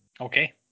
Okay